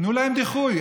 תנו להם דיחוי.